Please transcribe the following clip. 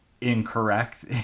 Incorrect